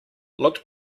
looked